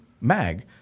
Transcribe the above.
mag